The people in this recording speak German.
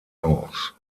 aus